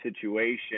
situation